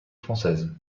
française